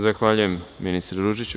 Zahvaljujem vam, ministre Ružiću.